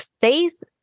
faith